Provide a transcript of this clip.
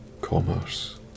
commerce